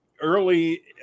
early